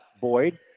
Boyd